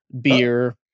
beer